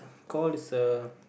called this a